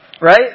Right